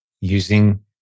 using